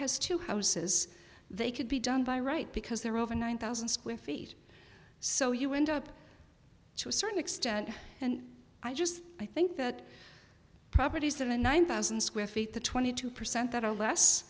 has two houses they could be done by right because they're over one thousand square feet so you went up to a certain extent and i just i think that properties that in one thousand square feet the twenty two percent that are less